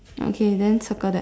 okay then circle that